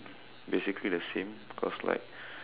basically the same because like